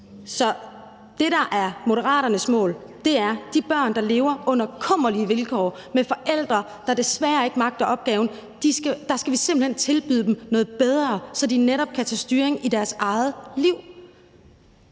Så det, der er Moderaternes mål, er, at de børn, der lever under kummerlige vilkår med forældre, der desværre ikke magter opgaven, simpelt hen skal tilbydes noget bedre, så de netop kan tage styring over deres eget liv.